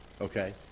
okay